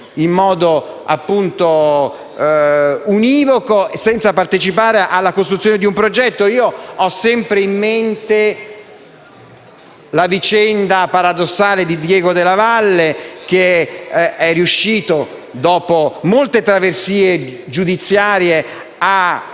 in modo univoco, senza partecipare alla costruzione di un progetto. Ho sempre in mente la vicenda paradossale di Diego Della Valle che, dopo molte traversie giudiziarie, è